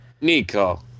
Nico